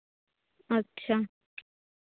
ᱟᱪᱪᱷᱟ